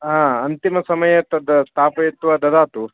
हा अन्तिमसमये तद् स्थापयित्वा ददातु